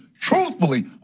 truthfully